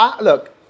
Look